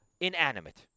inanimate